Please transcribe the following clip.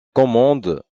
commande